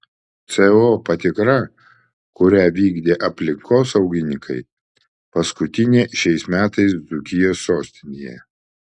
co patikra kurią vykdė aplinkosaugininkai paskutinė šiais metais dzūkijos sostinėje